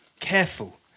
Careful